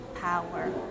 power